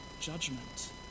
judgment